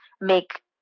make